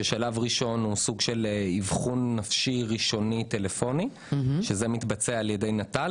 השלב הראשון הוא סוג של אבחון נפשי ראשוני טלפוני שמתבצע על ידי נט"ל.